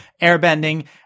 airbending